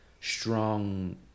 strong